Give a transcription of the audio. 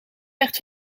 werd